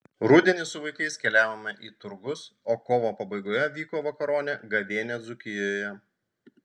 rudenį su vaikais keliavome į turgus o kovo pabaigoje vyko vakaronė gavėnia dzūkijoje